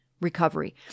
recovery